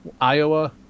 Iowa